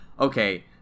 okay